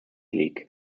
league